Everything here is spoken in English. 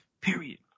Period